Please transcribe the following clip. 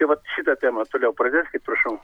tai vat šitą temą toliau praveskit prašau